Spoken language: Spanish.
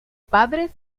padres